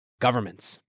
Governments